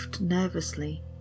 nervously